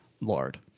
lord